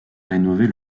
rénover